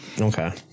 okay